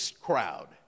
crowd